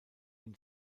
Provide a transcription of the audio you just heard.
ihn